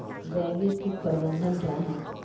जैविक कीट प्रबंधन क्या है?